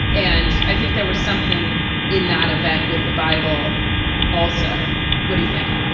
and i think there was something in that event with the bible also what do you think?